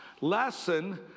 lesson